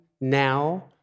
now